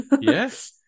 Yes